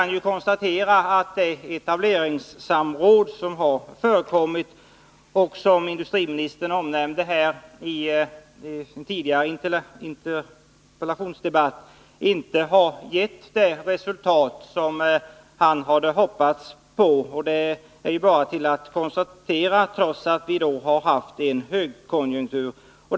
Vi kan konstatera att det etableringssamråd som har förekommit — industriministern nämnde det under en tidigare interpellationsdebatt — inte har gett det resultat industriministern hade hoppats på, trots att vi haft en högkonjunktur. Detta är bara att konstatera.